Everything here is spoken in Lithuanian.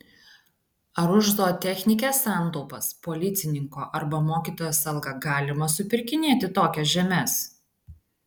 ar už zootechnikės santaupas policininko arba mokytojos algą galima supirkinėti tokias žemes